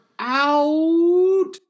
out